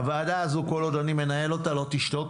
הוועדה הזו, כל עוד אני מנהל אותה, לא תשתוק.